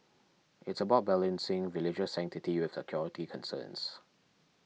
it's about balancing religious sanctity with security concerns